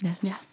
Yes